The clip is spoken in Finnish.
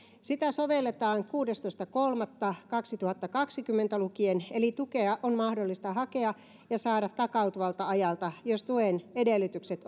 sitä sovelletaan kuudestoista kolmatta kaksituhattakaksikymmentä lukien eli tukea on mahdollista hakea ja saada takautuvalta ajalta jos tuen edellytykset